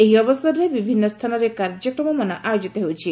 ଏହି ଅବସରରେ ବିଭିନ୍ ସ୍ତାନରେ କାର୍ଯ୍ୟକ୍ରମମାନ ଆୟୋଜିତ ହେଉଛି